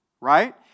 right